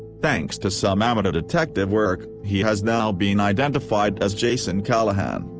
thanks to some amateur detective work, he has now been identified as jason callahan,